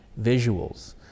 visuals